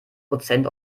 prozent